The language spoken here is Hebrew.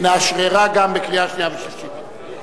(תיקון,